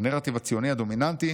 בנרטיב הציוני הדומיננטי